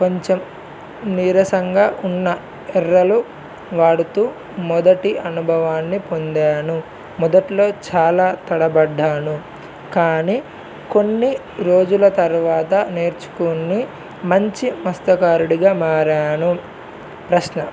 కొంచెం నీరసంగా ఉన్న ఎర్రలు వాడుతూ మొదటి అనుభవాన్ని పొందాను మొదట్లో చాలా తడబడ్డాను కానీ కొన్ని రోజుల తర్వాత నేర్చుకొని మంచి మత్సకారుడిగా మారాను ప్రశ్న